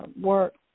work